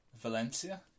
Valencia